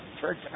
church